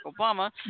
Obama